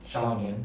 少年